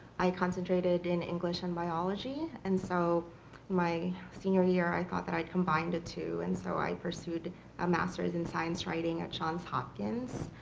i concentrated in english and biology, and so my senior year i thought that i'd combine the two and so i pursued a master's in science writing at johns hopkins.